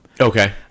Okay